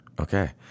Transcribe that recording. Okay